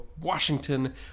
washington